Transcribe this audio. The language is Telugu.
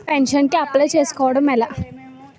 పెన్షన్ కి అప్లయ్ చేసుకోవడం ఎలా?